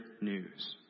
news